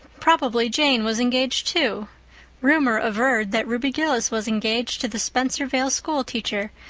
probably jane was engaged, too rumor averred that ruby gillis was engaged to the spencervale schoolteacher,